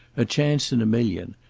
a chance in a million,